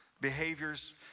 behaviors